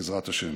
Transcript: בעזרת השם.